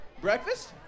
breakfast